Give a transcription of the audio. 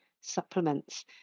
supplements